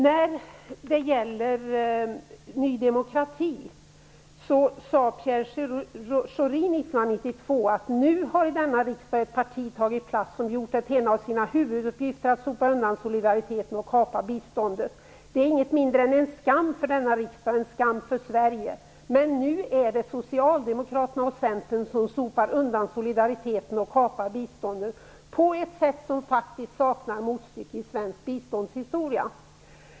När det gäller Ny demokrati sade Pierre Schori 1992 att det då i denna riksdag hade tagit plats ett parti som hade gjort till en av sina huvuduppgifter att sopa undan solidariteten och kapa biståndet. Det är inget mindre än en skam för denna riksdag och en skam för Sverige, sade han. Men nu är det socialdemokraterna och Centern som sopar undan solidariteten och kapar biståndet på ett sätt som faktiskt saknar motstycke i svensk biståndshistoria.